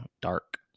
Dark